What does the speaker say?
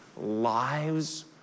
lives